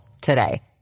today